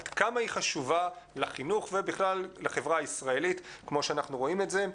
עד כמה היא חשובה לחינוך ובכלל לחברה הישראלית כמו שאנחנו רואים את זה.